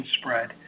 spread